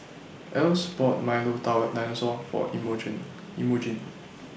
Else bought Milo Dinosaur For Emogene Emogene